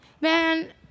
man